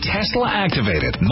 Tesla-activated